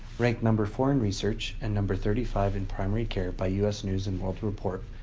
ranked number four in research and number thirty five in primary care by us news and world report,